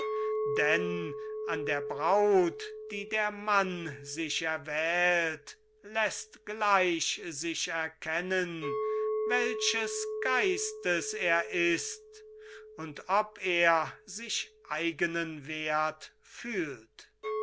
denn an der braut die der mann sich erwählt läßt gleich sich erkennen welches geistes er ist und ob er sich eigenen wert fühlt